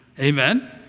Amen